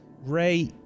Ray